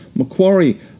Macquarie